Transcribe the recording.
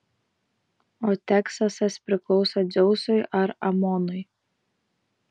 o teksasas priklauso dzeusui ar amonui